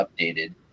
updated